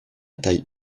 taille